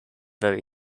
very